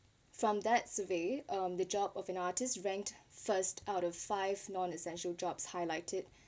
from that survey um the job of an artist ranked first out of five non essential drops highlighted